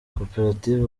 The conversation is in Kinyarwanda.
koperative